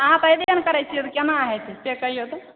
अहाँ तऽ एबै नहि करै छियै केना हेतै से क़हियौ तऽ